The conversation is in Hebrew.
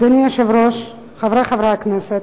אדוני היושב-ראש, חברי חברי הכנסת,